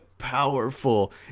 powerful